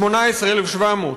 18,700,